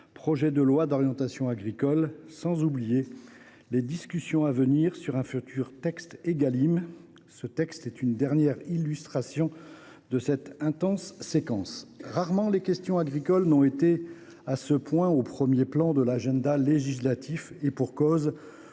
projet de loi d’orientation agricole… Sans oublier les discussions à venir sur un futur texte Égalim ! La présente proposition de loi est le dernier texte de cette intense séquence. Rarement les questions agricoles ont été à ce point au premier plan de l’agenda législatif, et pour cause